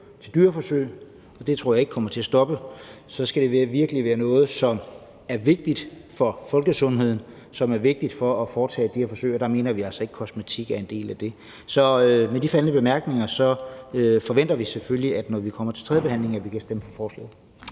til dyreforsøg – og det tror jeg ikke kommer til at stoppe – skal det virkelig være noget, som er vigtigt for folkesundheden, det skal altså være vigtigt, når vi foretager de her forsøg, og der mener vi altså ikke, at kosmetik er en del af det. Så med de bemærkninger forventer vi selvfølgelig, at vi, når vi kommer til tredjebehandlingen, kan stemme for forslaget.